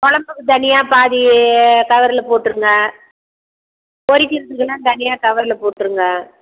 குழம்புக்கு தனியாக பாதி கவரில் போட்ருங்க பொரிக்கிறதுக்குன்னா தனியாக கவரில் போட்ருங்க